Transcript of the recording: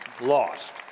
lost